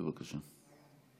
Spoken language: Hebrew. בבקשה.